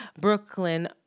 Brooklyn